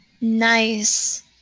Nice